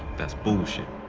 that's bullshit.